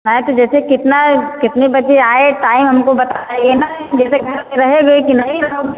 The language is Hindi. हाँ तो जैसे कितना कितने बजे आएं टाइम हमको बता दीजिए ना जैसे घर पे रहोगी या नहीं रहोगी आप